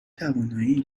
توانایی